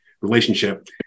relationship